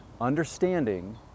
Understanding